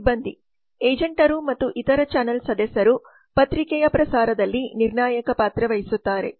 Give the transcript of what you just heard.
ಸಿಬ್ಬಂದಿ ಏಜೆಂಟರು ಮತ್ತು ಇತರ ಚಾನೆಲ್ ಸದಸ್ಯರು ಪತ್ರಿಕೆಯ ಪ್ರಸಾರದಲ್ಲಿ ನಿರ್ಣಾಯಕ ಪಾತ್ರ ವಹಿಸುತ್ತಾರೆ